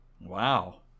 wow